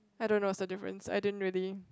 I don't know what's the difference I didn't really